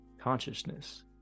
consciousness